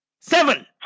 Seven